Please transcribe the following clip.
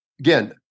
Again